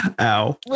ow